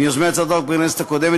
מיוזמי הצעת החוק בכנסת הקודמת,